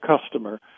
customer